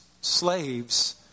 slaves